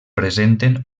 presenten